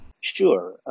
Sure